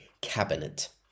Cabinet